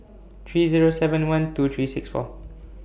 three Zero seven one two three six four